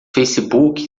facebook